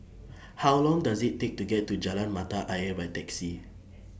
How Long Does IT Take to get to Jalan Mata Ayer By Taxi